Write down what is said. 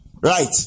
Right